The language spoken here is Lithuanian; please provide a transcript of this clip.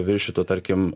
viršytų tarkim